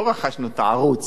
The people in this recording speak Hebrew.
לא רכשנו את הערוץ,